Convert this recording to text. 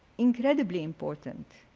incredibly important